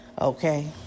Okay